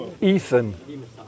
ethan